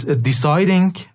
deciding